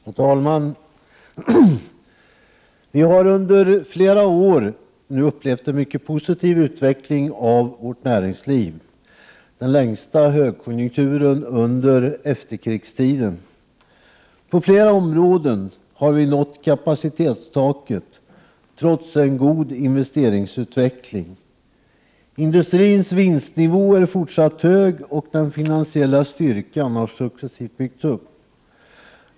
Herr talman! Vi har nu under flera år upplevt en mycket positiv utveckling av vårt näringsliv, den längsta högkonjunkturen under efterkrigstiden. På flera områden har vi nått kapacitetstaket, trots en god investeringsutveckling. Industrins vinstnivå är fortsatt hög, och den finansiella styrkan har successivt byggts upp.